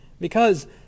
Because